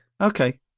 Okay